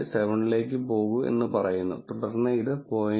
7 ലേക്ക് പോകൂ എന്ന് പറയുന്നു തുടർന്ന് ഇത് 0